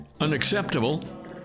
unacceptable